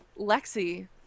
lexi